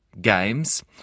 Games